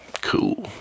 cool